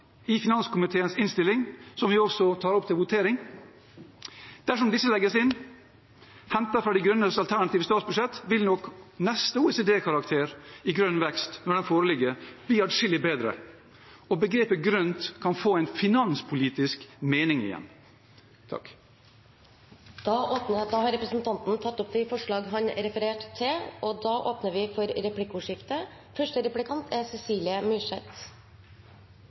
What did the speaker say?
i finanskomiteens innstilling som vi tar opp til votering. Dersom disse legges inn, hentet fra De grønnes alternative statsbudsjett, vil nok neste OECD-karakter i grønn vekst, når den foreligger, bli atskillig bedre, og begrepet «grønt» kan få en finanspolitisk mening igjen. Representanten Per Espen Stoknes har tatt opp de forslagene han refererte til. Framtiden er avhengig av at vi klarer å få en god balanse mellom vekst og vern. Vi vet f.eks. at framtidens Velferds-Norge er